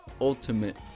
ultimate